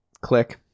click